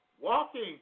walking